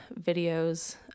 videos